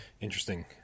Interesting